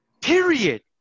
Period